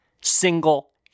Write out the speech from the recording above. single